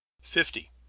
Fifty